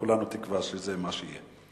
כולנו תקווה שזה מה שיהיה.